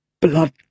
blood